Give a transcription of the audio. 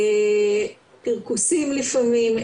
פרכוסים לפעמים.